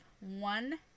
one